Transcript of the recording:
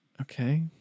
okay